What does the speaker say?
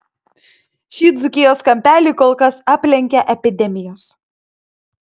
šį dzūkijos kampelį kol kas aplenkia epidemijos